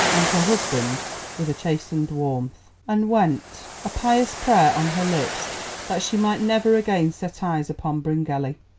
and her husband with a chastened warmth, and went, a pious prayer on her lips that she might never again set eyes upon bryngelly.